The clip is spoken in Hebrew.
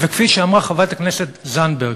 וכפי שאמרה חברת הכנסת זנדברג,